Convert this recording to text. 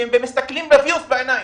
שהם מסתכלים לווירוס בעיניים.